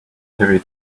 heavy